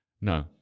no